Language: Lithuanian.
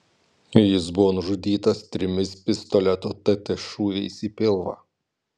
jis buvo nužudytas trimis pistoleto tt šūviais į pilvą